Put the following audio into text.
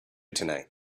tonight